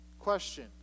question